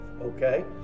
okay